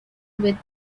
with